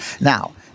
Now